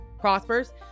prospers